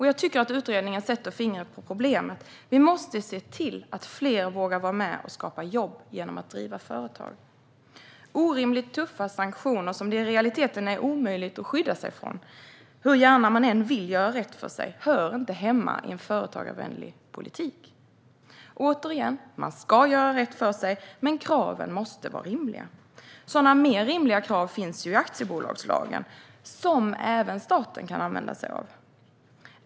Jag tycker att utredningen sätter fingret på problemet. Vi måste se till att fler vågar vara med och skapa jobb genom att driva företag. Orimligt tuffa sanktioner som det i realiteten är omöjligt att skydda sig från, hur gärna man än vill göra rätt för sig, hör inte hemma i en företagarvänlig politik. Återigen: Man ska göra rätt för sig, men kraven måste vara rimliga. Sådana mer rimliga krav finns i aktiebolagslagen som även staten kan använda sig av.